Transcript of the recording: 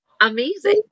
amazing